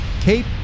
Cape